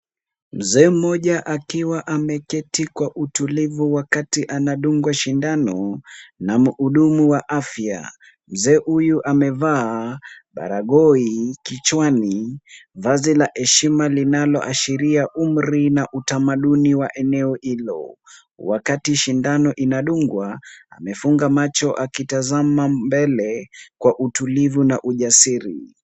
Mzee mmoja akiwa ameketi kwa utulivu wakati anadungwa sindano na mhudumu wa afya. Mzee huyu amevaa baragoi kichwani, vazi la heshima linaloashiria umri na utamaduni wa eneo hilo. Wakati sindano inadungwa amefunga macho akitazama mbele kwa utulivu na ujasiri.